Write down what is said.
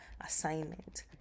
assignment